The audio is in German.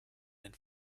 den